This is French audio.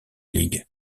league